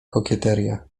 kokieteria